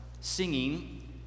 singing